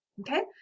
Okay